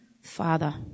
Father